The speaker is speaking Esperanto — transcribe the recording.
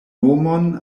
nomon